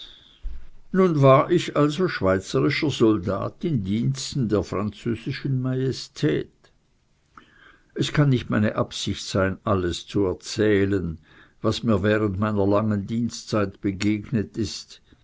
nun war ich also schweizerischer soldat im dienste der französischen majestät es kann nicht meine absicht sein alles zu erzählen was mir während meiner langen dienstzeit begegnet ist